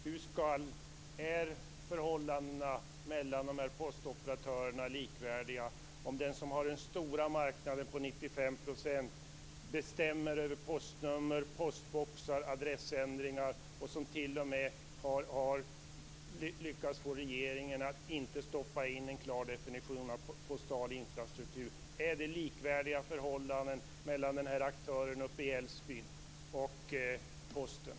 Hur kan förhållandet mellan dessa postoperatörer vara likvärdiga om den som har den stora marknaden på 95 % bestämmer över postnummer, postboxar, adressändringar och t.o.m. har lyckats få regeringen att inte ta med en klar definition av postal infrastruktur? Är det likvärdiga förhållanden mellan aktören i Älvsbyn och Posten?